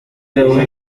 gahunda